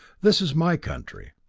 this is my country,